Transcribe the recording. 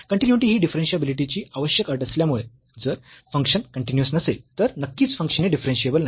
continuity ही डिफरन्शियाबिलिटीची आवश्यक अट असल्यामुळे जर फंक्शन कन्टीन्यूअस नसेल तर नक्कीच फंक्शन हे डिफरन्शियेबल नाही